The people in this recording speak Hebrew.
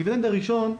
הדיבידנד הראשון,